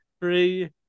Three